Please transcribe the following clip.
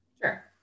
Sure